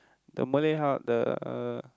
the Malay hou~ the uh